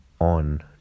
on